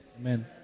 Amen